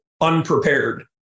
unprepared